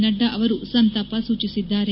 ನಡ್ಡಾ ಅವರು ಸಂತಾಪ ಸೂಚಿಸಿದ್ದಾರೆ